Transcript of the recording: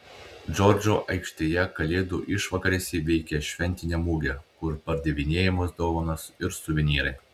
džordžo aikštėje kalėdų išvakarėse veikia šventinė mugė kur pardavinėjamos dovanos ir suvenyrai